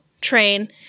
train